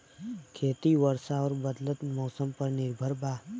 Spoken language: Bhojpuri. खेती वर्षा और बदलत मौसम पर निर्भर बा